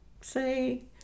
say